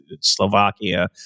slovakia